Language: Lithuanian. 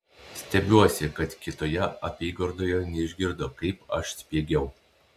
stebiuosi kad kitoje apygardoje neišgirdo kaip aš spiegiau